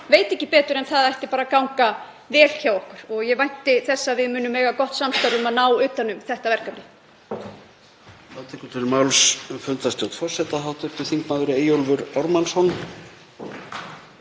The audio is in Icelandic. veit ekki betur en það ætti bara að ganga vel hjá okkur og ég vænti þess að við munum eiga gott samstarf um að ná utan um þetta verkefni.